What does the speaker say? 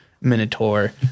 Minotaur